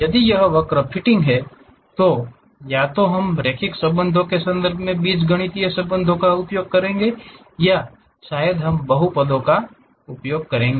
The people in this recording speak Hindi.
यदि यह वक्र फिटिंग है तो या तो हम रैखिक संबंधों के संदर्भ में बीजगणितीय संबंधों का उपयोग करेंगे या शायद हम बहुपद कार्यों का उपयोग करेंगे